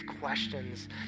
questions